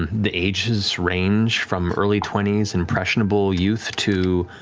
the ages range from early twenty impressionable youth to,